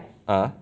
ah